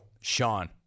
Sean